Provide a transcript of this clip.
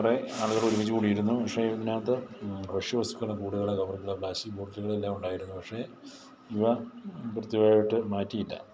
കുറേ ആളുകൾ ഒരുമിച്ചു കൂടിയിരുന്നു പക്ഷേ ഇതിനകത്ത് ഫ്രഷ് വസ്തുക്കൾ കൂടുതൽ കവറുകൾ പ്ലാസ്റ്റിക് ബോട്ടിലുകൾ എല്ലാം ഉണ്ടായിരുന്നു പക്ഷേ ഇവ കൃത്യായിട്ട് മാറ്റിയില്ല